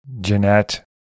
Jeanette